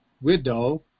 widow